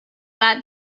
that